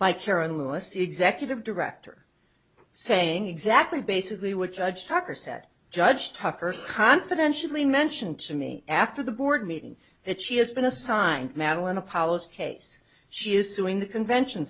by karen lewis the executive director saying exactly basically would judge tucker said judge tucker confidentially mentioned to me after the board meeting that she has been assigned madeline apollo's case she is suing the convention